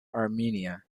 armenia